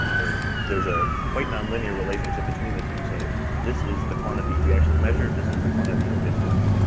there, there's a quite nonlinear relationship between the two, so this is the quantity we actually measure, this is the quantity of interest.